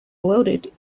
loaded